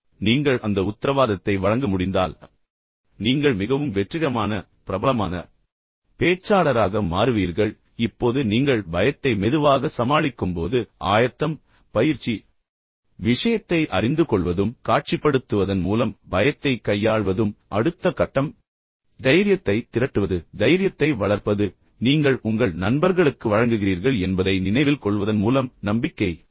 எனவே நீங்கள் அந்த உத்தரவாதத்தை வழங்க முடிந்தால் எனவே நீங்கள் மிகவும் வெற்றிகரமான மற்றும் பிரபலமான பேச்சாளராக மாறுவீர்கள் இப்போது நீங்கள் பயத்தை மெதுவாக சமாளிக்கும்போது ஆயத்தம் பயிற்சி விஷயத்தை அறிந்துகொள்வதும் காட்சிப்படுத்துவதன் மூலம் பயத்தைக் கையாள்வதும் அடுத்த கட்டம் தைரியத்தை திரட்டுவது தைரியத்தை வளர்ப்பது நீங்கள் உங்கள் நண்பர்களுக்கு வழங்குகிறீர்கள் என்பதை நினைவில் கொள்வதன் மூலம் நம்பிக்கையை வளர்ப்பீர்கள்